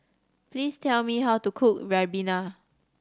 please tell me how to cook ribena